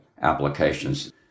applications